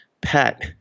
pat